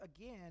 again